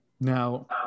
Now